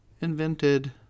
Invented